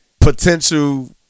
potential